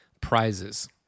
prizes